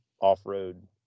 off-road